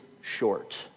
short